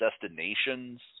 destinations